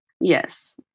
Yes